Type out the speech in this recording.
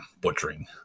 butchering